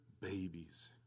babies